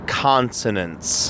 consonants